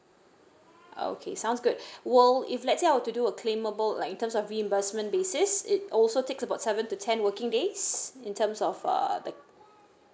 okay sounds good will if let's say I were to do a claimable like in terms of reimbursement basis it also takes about seven to ten working days in terms of uh the